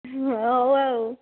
ହଉ ଆଉ